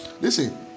Listen